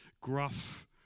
gruff